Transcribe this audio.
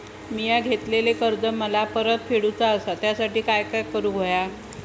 मिया घेतलेले कर्ज मला परत फेडूचा असा त्यासाठी काय काय करून होया?